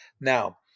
Now